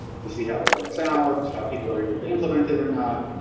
to see how it works out, how people are able to implement it or not,